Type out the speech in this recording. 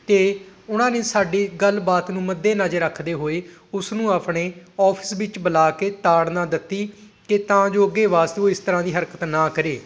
ਅਤੇ ਉਹਨਾਂ ਨੇ ਸਾਡੀ ਗੱਲਬਾਤ ਨੂੰ ਮੱਦੇਨਜ਼ਰ ਰੱਖਦੇ ਹੋਏ ਉਸਨੂੰ ਆਪਣੇ ਆਫਿਸ ਵਿੱਚ ਬੁਲਾ ਕੇ ਤਾੜਨਾ ਦਿੱਤੀ ਕਿ ਤਾਂ ਜੋ ਅੱਗੇ ਵਾਸਤੇ ਉਹ ਇਸ ਤਰ੍ਹਾਂ ਦੀ ਹਰਕਤ ਨਾ ਕਰੇ